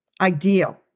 ideal